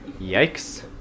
Yikes